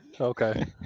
Okay